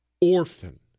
orphan